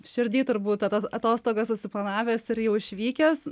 širdy turbūt ta tas atostogas susiplanavęs ir jau išvykęs